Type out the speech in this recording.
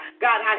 God